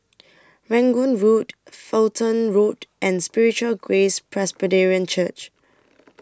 Rangoon Road Fulton Road and Spiritual Grace Presbyterian Church